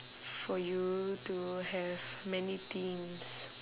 for you to have many teams